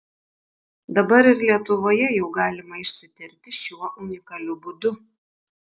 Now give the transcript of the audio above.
dabar ir lietuvoje jau galima išsitirti šiuo unikaliu būdu